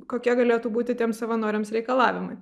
kokie galėtų būti tiem savanoriams reikalavimai